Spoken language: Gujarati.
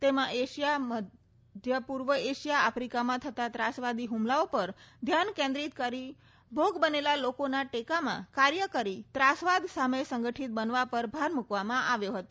તેમાં એશિયા મધ્ય પૂર્વ એશિયા આફિકામાં થતા ત્રાસવાદી હુમલાઓ પર ધ્યાન કેન્દ્રિત કરી ભોગ બનેલા લોકોના ટેકામાં કાર્ય કરીને ત્રાસવાદ સામે સંગઠીત બનવા પર ભાર મૂકવામાં આવ્યો હતો